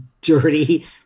dirty